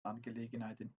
angelegenheiten